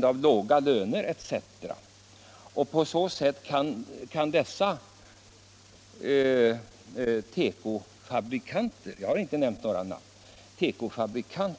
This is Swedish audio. Dessa tekofabrikanter — jag har inte nämnt några namn — kan